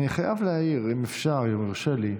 אני חייב להעיר, אם אפשר, אם יורשה לי.